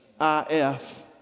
I-F